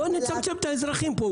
בואי נצמצם את האזרחים פה.